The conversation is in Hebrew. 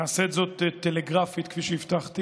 נעשה את זאת טלגרפית, כפי שהבטחתי,